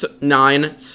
nine